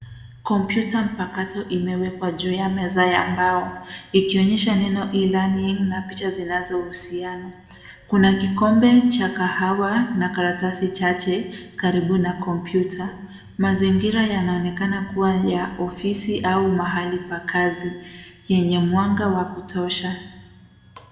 Kompyuta mpakato imewekwa juu ya meza ya mbao ikionyesha neno E-Learning na picha zinazouhusiano. Kuna kikombe cha kahawa na karatasi chache karibu na kompyuta. Mazingira yanaonekana kuwa ya ofisi au mahali pa kazi yenye mwanga wa kutosha.